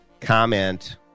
comment